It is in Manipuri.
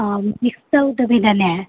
ꯑꯥ ꯃꯤꯛꯁ ꯇꯧꯗꯕꯤꯗꯅꯦ